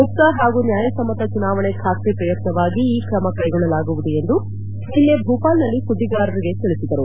ಮುಕ್ತ ಹಾಗೂ ನ್ಯಾಯಸಮ್ಮತ ಚುನಾವಣೆ ಖಾತ್ರಿ ಪ್ರಯತ್ನವಾಗಿ ಈ ಕ್ರಮ ಕೈಗೊಳ್ಳಲಾಗುವುದು ಎಂದು ನಿನ್ನೆ ಭೋಪಾಲ್ ನಲ್ಲಿ ಸುದ್ದಿಗಾರರಿಗೆ ತಿಳಿಸಿದರು